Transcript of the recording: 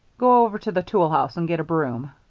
go over to the tool house and get a broom.